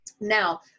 Now